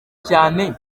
cyane